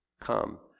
Come